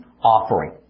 offering